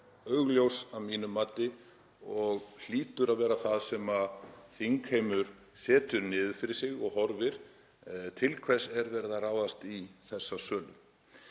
augljós að mínu mati og hlýtur að vera það sem þingheimur setur niður fyrir sig og horfir til, þ.e. til hvers er verið að ráðast í þessa sölu.